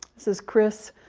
this is chris.